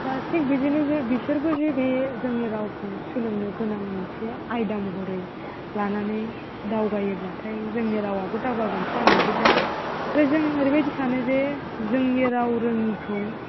दा थिग बिदिनो जे बिसोरबो बे जोंनि रावखौ सोलोंनो गोनां मोनसे आयदा महरै लानानै दावगायोब्लाथाय जोंनि रावाबो दावगागोन आं बिखौ नुहरदों आरो जों ओरैबादि सानो जे जोंनि राव रोङैखौ